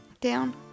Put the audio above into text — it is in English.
down